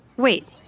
Wait